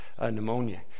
pneumonia